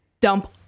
dump